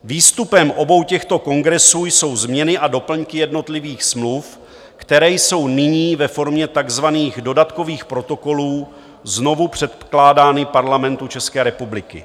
Výstupem obou těchto kongresů jsou změny a doplňky jednotlivých smluv, které jsou nyní ve formě takzvaných dodatkových protokolů znovu předkládány Parlamentu České republiky.